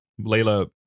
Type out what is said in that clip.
Layla